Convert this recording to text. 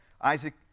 Isaac